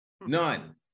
none